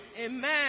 Amen